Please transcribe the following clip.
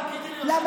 תגידי ליושב-ראש,